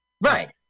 Right